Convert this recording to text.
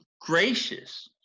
gracious